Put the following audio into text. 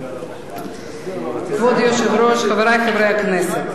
כבוד היושב-ראש, חברי חברי הכנסת,